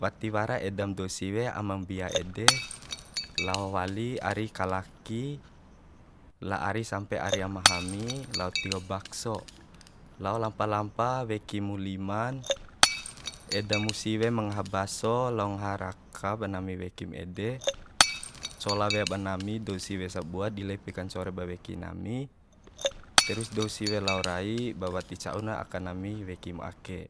Wati wara edam dou siwe ama mbia ede lao wali ari kalaki la ari sampe ari amahami lao tio bakso lao lampa lampa weki mu liman eda mu siwe ma ngaha baso lao ngaha raka ba nami wekim ede cola wea ba nami dou siwe sabua di lepi kancore ba weki nami terus dou siwe lao rai ba wati ca'u na aka nami wekim aka